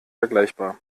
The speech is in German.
vergleichbar